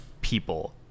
people